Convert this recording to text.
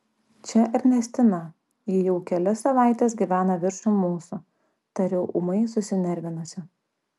čia ernestina ji jau kelias savaites gyvena viršum mūsų tariau ūmai susinervinusi